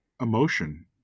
emotion